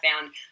found